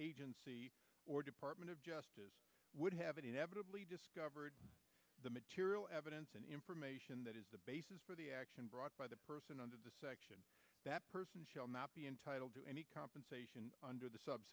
agency or department of justice would have it inevitably discovered the material evidence and information that is the basis for the action brought by the person under the section that person shall not be entitled to any compensation under the